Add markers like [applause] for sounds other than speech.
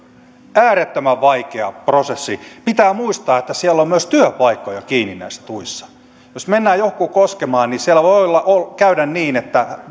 äärettömän vaikea prosessi pitää muistaa että siellä on myös työpaikkoja kiinni näissä tuissa jos mennään johonkin koskemaan niin siellä voi käydä niin että [unintelligible]